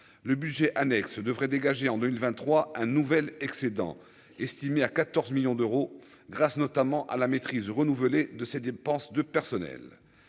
le budget annexe devrait dégager en 2 vingt-trois un nouvel excédent, estimé à 14 millions d'euros grâce notamment à la maîtrise renouvelée de ses dépenses de personnel